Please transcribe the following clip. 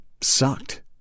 sucked